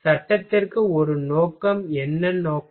சட்டத்திற்கு ஒரு நோக்கம் என்ன நோக்கம்